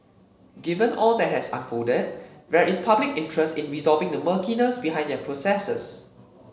given all that has unfolded there is public interest in resolving the murkiness behind their processes